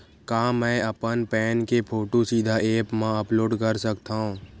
का मैं अपन पैन के फोटू सीधा ऐप मा अपलोड कर सकथव?